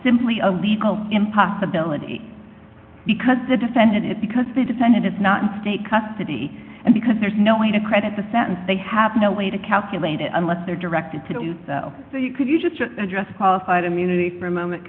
simply a legal in possibility because the defendant is because the defendant it's not in state custody and because there's no way to credit the sentence they have no way to calculate it unless they're directed to do so you could you just address a qualified immunity for a moment